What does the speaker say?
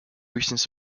reasons